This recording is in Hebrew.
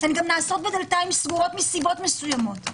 הן גם נעשות בדלתיים סגורות מסיבות מסוימות.